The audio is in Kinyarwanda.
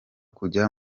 kujya